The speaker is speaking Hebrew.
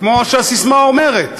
כמו שהססמה אומרת,